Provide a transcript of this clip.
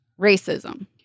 Racism